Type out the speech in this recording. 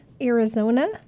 Arizona